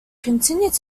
continued